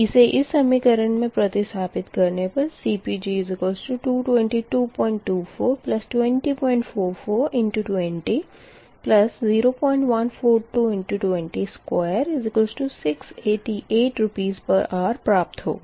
इसे इस समीकरण मे प्रतिस्थपित करने पर CPg222242044×200142×202688 Rshr प्राप्त होगा